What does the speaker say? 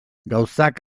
gauzak